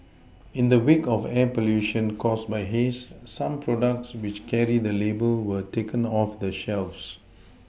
in the wake of air pollution caused by haze some products which carry the label were taken off the shelves